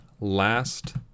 Last